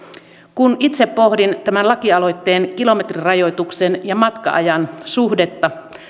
kun itse pohdin tämän lakialoitteen kilometrirajoituksen ja matka ajan suhdetta